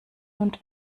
und